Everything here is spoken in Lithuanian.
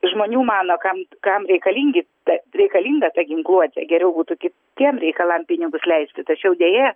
žmonių mano kam kam reikalingi reikalinga ta ginkluotė geriau būtų kitiem reikalam pinigus leisti tačiau deja